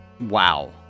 wow